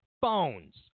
phones